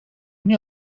nie